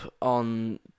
on